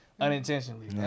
unintentionally